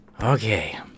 Okay